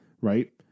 right